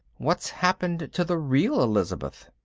what's happened to the real elizabeth?